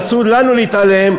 אסור לנו להתעלם,